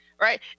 right